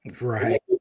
Right